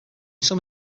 some